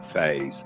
phase